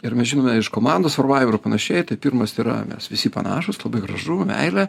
ir mes žinome iš komandos formavimo ir panašiai tai pirmas yra mes visi panašūs labai gražu meilė